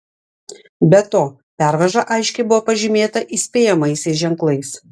be to pervaža aiškiai buvo pažymėta įspėjamaisiais ženklais